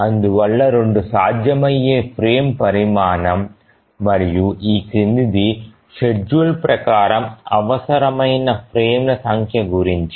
అందువల్ల 2 సాధ్యమయ్యే ఫ్రేమ్ పరిమాణం మరియు ఈ క్రిందిది షెడ్యూల్ ప్రకారం అవసరమైన ఫ్రేమ్ల సంఖ్య గురించి